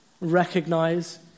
Recognize